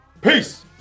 Peace